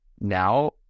now